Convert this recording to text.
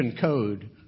code